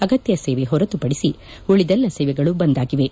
ಅಗತ್ತ ಸೇವೆ ಹೊರತುಪಡಿಸಿ ಉಳಿದೆಲ್ಲ ಸೇವೆಗಳು ಬಂದ್ ಆಗಿವೆ